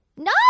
No